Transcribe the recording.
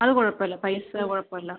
അത് കുഴപ്പം ഇല്ല പൈസ കുഴപ്പം ഇല്ല